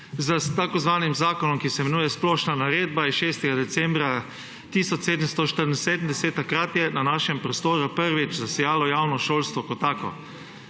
imenovanim zakonom, ki se imenuje Šolska splošna naredba, s 6. decembra 1774. Takrat je na našem prostoru prvič zasijalo javno šolstvo kot tako